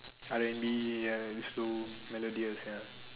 R&B ya a bit slow melodious ya